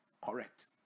Correct